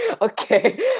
okay